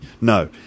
No